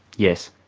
yes.